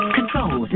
Control